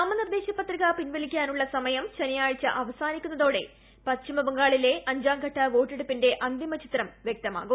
നാമനിർദ്ദേശ പത്രിക പിൻവലിക്കാനുള്ള സമയം ശനിയാഴ്ച അവസാനിക്കുന്നതോടെ പശ്ചിമ ബംഗാളിലെ അഞ്ചാംഘട്ട വോട്ടെടുപ്പിന്റെ അന്തിമ ചിത്രം വ്യക്തമാകും